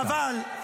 חבל,